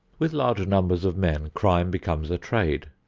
with large numbers of men crime becomes a trade.